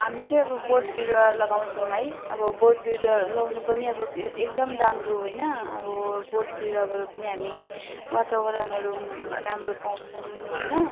हामी चाहिँ अब बोटबिरुवा लगाउँछौँ है अब बोटबिरुवाहरू लगाउनु पनि अब एकदम राम्रो होइन अब बोटबिरुवाबाट पनि हामी वातावरणहरू राम्रो पाउँछौँ होइन